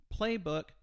playbook